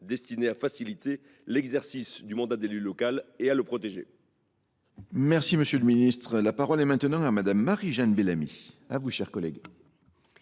destinées à faciliter l’exercice du mandat d’élu local et à le protéger.